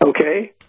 Okay